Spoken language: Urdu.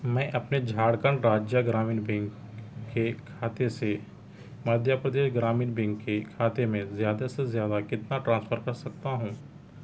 میں اپنے جھارکھنڈ راجیہ گرامین بینک کے کھاتے سے مدھیہ پردیش گرامین بینک کے کھاتے میں زیادہ سے زیادہ کتنا ٹرانسفر کر سکتا ہوں